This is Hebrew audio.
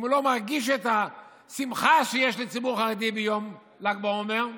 אם הוא לא מרגיש את השמחה שיש לציבור החרדי ביום ל"ג בעומר,